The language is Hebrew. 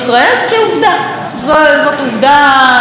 זאת עובדה פוליטית.